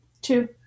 Two